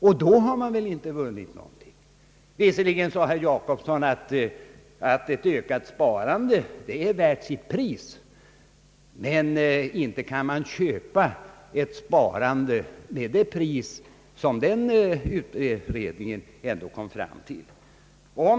Och då har man väl inte vunnit någonting! Visserligen sade herr Jacobsson att ett ökat sparande »är värt sitt pris». Men inte kan man väl köpa ett sparande till det pris, som den utredningen kom fram till?